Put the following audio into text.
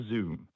Zoom